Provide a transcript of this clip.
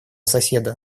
соседа